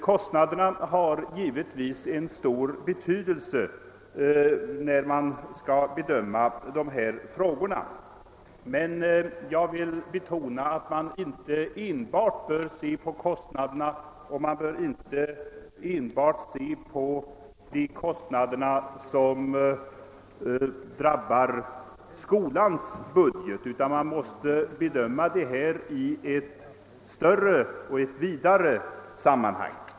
Kostnaderna har givetvis stor betydelse när man skall bedöma dessa frågor, men jag vill betona, att man inte enbart bör ta hänsyn till de kostnader som drabbar skolans budget utan att man också måste bedöma detta i ett större och vidare sammanhang.